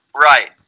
right